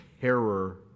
terror